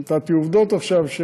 נתתי עובדות עכשיו,